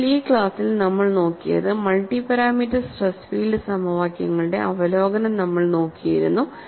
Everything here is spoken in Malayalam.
അതിനാൽ ഈ ക്ലാസ്സിൽ നമ്മൾ നോക്കിയത് മൾട്ടി പാരാമീറ്റർ സ്ട്രെസ് ഫീൽഡ് സമവാക്യങ്ങളുടെ അവലോകനം നമ്മൾ നോക്കിയിരുന്നു